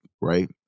Right